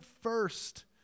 first